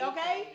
Okay